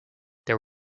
there